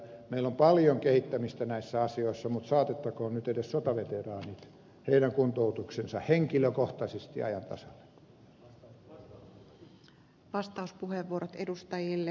meillä on paljon kehittämistä näissä asioissa mutta saatettakoon nyt edes sotaveteraanien henkilökohtainen kuntoutus ajan tasalle